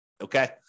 okay